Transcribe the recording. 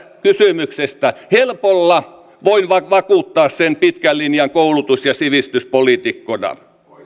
kysymyksestä helpolla voin vakuuttaa sen pitkän linjan koulutus ja sivistyspoliitikkona